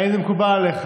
האם זה מקובל עליך?